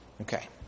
Okay